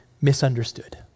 misunderstood